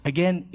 Again